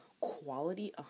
quality